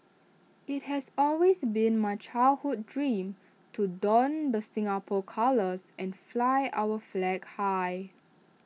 IT has always been my childhood dream to don the Singapore colours and fly our flag high